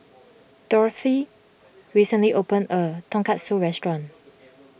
Dorothea recently opened a new Tonkatsu restaurant